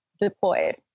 deployed